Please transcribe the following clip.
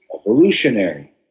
evolutionary